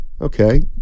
Okay